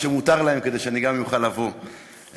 שמותר להם כדי שגם אני אוכל לבוא ולדבר.